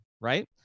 Right